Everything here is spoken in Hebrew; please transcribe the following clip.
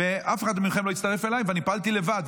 אף אחד מכם לא הצטרף אלי, ואני פעלתי לבד.